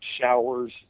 showers